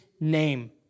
name